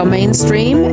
Mainstream